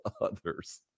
others